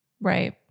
right